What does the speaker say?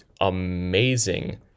amazing